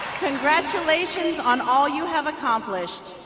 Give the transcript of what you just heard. congratulations on all you have accomplished.